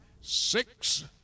six